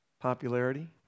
popularity